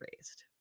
raised